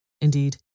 Indeed